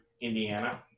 Indiana